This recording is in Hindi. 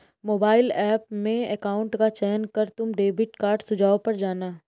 मोबाइल ऐप में अकाउंट का चयन कर तुम डेबिट कार्ड सुझाव पर जाना